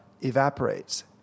evaporates